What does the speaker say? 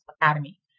Academy